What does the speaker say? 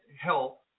help